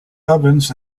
ovens